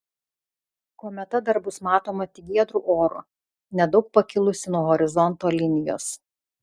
kometa dar bus matoma tik giedru oru nedaug pakilusi nuo horizonto linijos